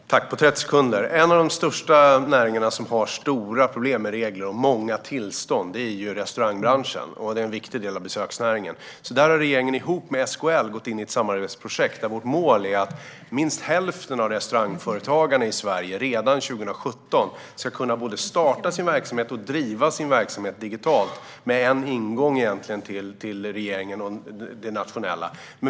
Fru talman! På 30 sekunder hinner jag säga följande: En av de största näringarna som har stora problem med regler och många tillstånd är restaurangbranschen, och den är en viktig del av besöksnäringen. Där har regeringen gått in i ett samarbetsprojekt med SKL med målet att minst hälften av restaurangföretagarna i Sverige redan 2017 ska kunna både starta och driva sin verksamhet digitalt, med egentligen en enda ingång till regeringen och det nationella.